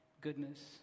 goodness